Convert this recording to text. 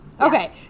Okay